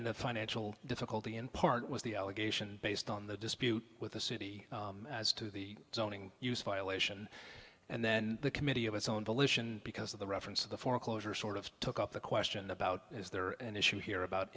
into financial difficulty in part was the allegation based on the dispute with the city as to the zoning use file ation and then the committee of its own volition because of the reference to the foreclosure sort of took up the question about is there an issue here about